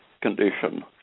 condition